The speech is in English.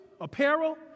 apparel